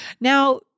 Now